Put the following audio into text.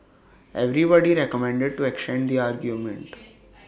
everybody recommended to extend the agreement